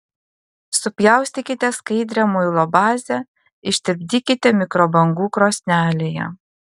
supjaustykite skaidrią muilo bazę ištirpdykite mikrobangų krosnelėje